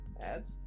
ads